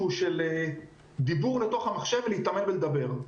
שהיא של דיבור לתוך המחשב ולהתאמן בלדבר.